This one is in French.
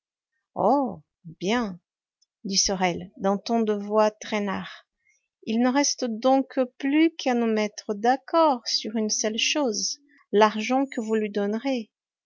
oh bien dit sorel d'un ton de voix traînard il ne reste donc plus qu'à nous mettre d'accord sur une seule chose l'argent que vous lui donnerez